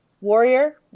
warrior